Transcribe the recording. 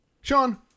Sean